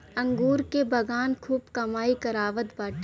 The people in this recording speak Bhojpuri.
अंगूर के बगान खूब कमाई करावत बाने